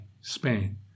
Spain